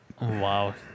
Wow